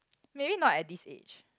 maybe not at this age